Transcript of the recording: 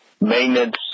maintenance